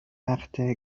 وقته